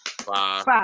Five